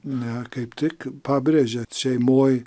ne kaip tik pabrėžė šeimoj